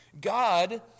God